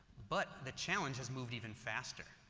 but the challenge has moved even faster,